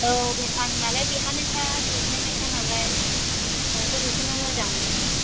औ आंनालाय बेहायनोखा सोखानायखा नालाय आंथ' बेखौनो मोजां मोनो